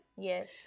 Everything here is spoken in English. Yes